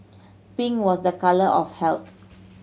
pink was the colour of health